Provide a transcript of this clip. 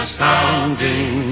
sounding